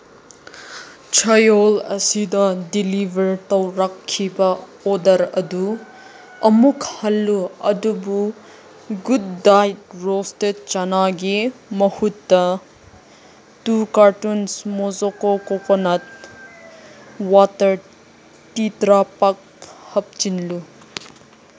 ꯆꯌꯣꯜ ꯑꯁꯤꯗ ꯗꯤꯂꯤꯚꯔ ꯇꯧꯔꯛꯈꯤꯕ ꯑꯣꯗꯔ ꯑꯗꯨ ꯑꯃꯨꯛ ꯍꯜꯂꯨ ꯑꯗꯨꯕꯨ ꯒꯨꯗ ꯗꯥꯏꯠ ꯔꯣꯁꯇꯦꯠ ꯆꯅꯥꯒꯤ ꯃꯍꯨꯠꯇ ꯇꯨ ꯀꯥꯔꯇꯨꯟꯁ ꯃꯣꯖꯣꯀꯣ ꯀꯣꯀꯣꯅꯠ ꯋꯥꯇꯔ ꯇꯤꯇ꯭ꯔꯄꯛ ꯍꯥꯞꯆꯤꯜꯂꯨ